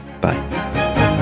Bye